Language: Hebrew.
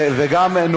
גם אני.